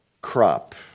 crop